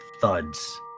thuds